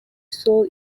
sol